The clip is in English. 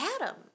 Adam